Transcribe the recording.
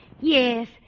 Yes